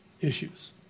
issues